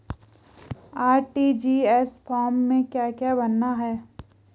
RTGS form में क्या क्या भरना है?